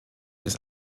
ist